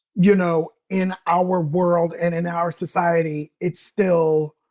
you know, in our world and in our society, it's still